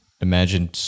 imagine